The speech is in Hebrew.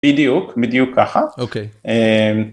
בדיוק בדיוק ככה אוקיי.